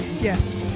Yes